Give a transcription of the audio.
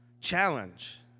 challenge